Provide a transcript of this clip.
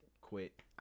quit